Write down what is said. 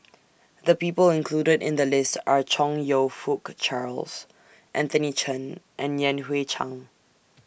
The People included in The list Are Chong YOU Fook Charles Anthony Chen and Yan Hui Chang